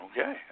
Okay